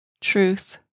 truth